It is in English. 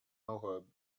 moab